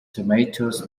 tomatoes